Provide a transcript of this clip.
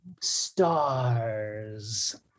stars